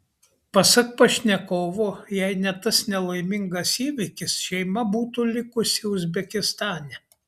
pasak pašnekovo jei ne tas nelaimingas įvykis šeima būtų likusi uzbekistane